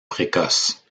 précoce